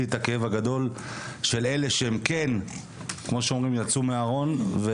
את הכאב הגדול של אלה שכן יצאו מן הארון,